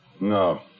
No